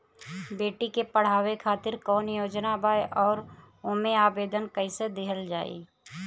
बेटी के पढ़ावें खातिर कौन योजना बा और ओ मे आवेदन कैसे दिहल जायी?